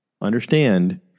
understand